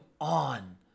on